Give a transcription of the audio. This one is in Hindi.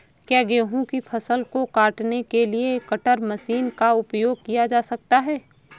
क्या गेहूँ की फसल को काटने के लिए कटर मशीन का उपयोग किया जा सकता है?